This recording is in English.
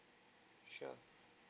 sure